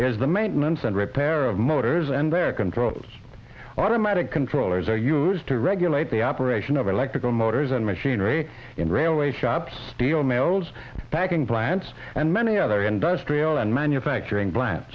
is the maintenance and repair of motors and their controls automatic controllers are used to regulate the operation of electrical motors and machinery in railway shops steel mills packing plants and many other industrial and manufacturing plant